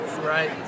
Right